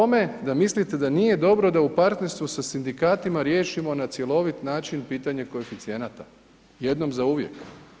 Podrška tome da mislite da nije dobro da u partnerstvu sa sindikatima riješimo na cjelovit način pitanje koeficijenata jednom zauvijek?